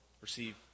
receive